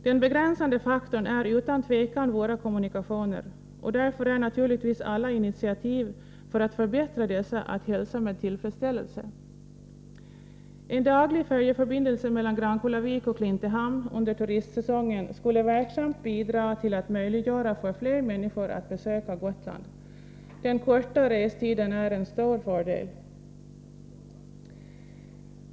Den begränsande faktorn är utan tvivel våra kommunikationer, och därför är naturligtvis alla initiativ för att förbättra dessa att hälsa med tillfredsställelse. En daglig färjeförbindelse mellan Grankullavik och Klintehamn under turistsäsongen skulle verksamt bidra till att möjliggöra för fler människor att besöka Gotland. Den korta restiden är en stor fördel.